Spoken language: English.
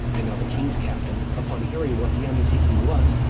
and now the king's captain, upon hearing what the undertaking was,